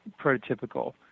prototypical